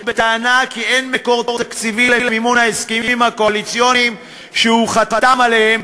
בטענה כי אין מקור תקציבי למימון ההסכמים הקואליציוניים שהוא חתם עליהם,